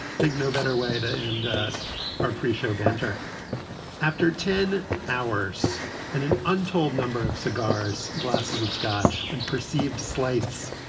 think no. better way to end our preshow banter after ten hours and an untold number of cigars, glasses of scotch and perceived slights.